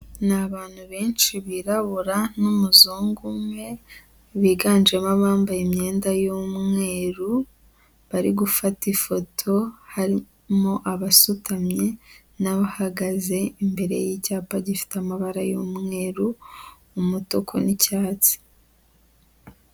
Ni abantu benshi birabura n'umuzungu umwe biganjemo abambaye imyenda y'umweru, bari gufata ifoto, harimo abasutamye n'abahagaze imbere y'icyapa gifite amabara y'umweru, umutuku n'icyatsi.